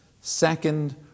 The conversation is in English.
Second